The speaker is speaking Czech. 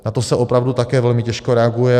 Na to se opravdu také velmi těžko reaguje.